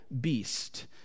beast